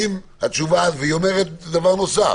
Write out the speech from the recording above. והיא אומרת דבר נוסף,